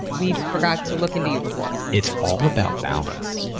we forgot to look into you before? it's all about balance.